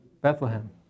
Bethlehem